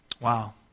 Wow